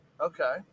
Okay